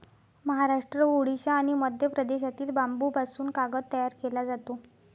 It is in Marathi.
महाराष्ट्र, ओडिशा आणि मध्य प्रदेशातील बांबूपासून कागद तयार केला जातो